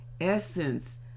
Essence